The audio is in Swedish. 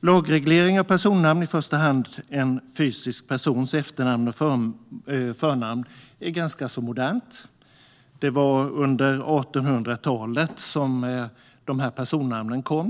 Lagregleringen av personnamn, i första hand en fysisk persons efternamn och förnamn, är ganska modern. Det var under 1800-talet som personnamnen kom.